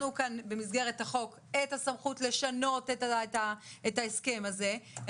במסגרת החוק סמכות לשנות את ההסכם הזה,